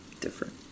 different